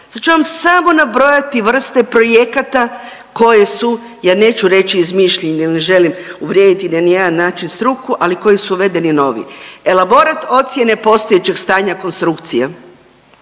Sad ću vam samo nabrojati vrste projekata koje su, ja neću reći izmišljanje jer ne želim uvrijediti ni na jedan način struku, ali koji su uvedeni novi, elaborat ocjene postojećeg stanja konstrukcije,